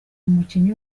umukinnyi